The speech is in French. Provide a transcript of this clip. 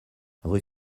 rue